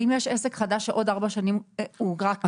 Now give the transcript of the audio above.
ואם יש עסק חדש שעוד ארבע שנים הוא רק קם?